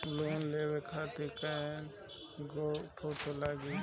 Loan लेवे खातिर कै गो फोटो लागी?